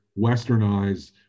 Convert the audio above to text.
westernized